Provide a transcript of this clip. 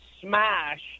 smash